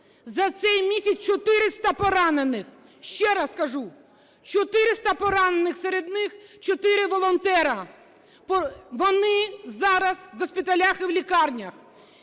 за цей місяць – 400 поранених. Ще раз кажу, 400 поранених, серед них – 4 волонтери. Вони зараз в госпіталях і в лікарнях.